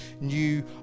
new